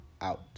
out